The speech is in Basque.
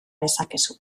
dezakezu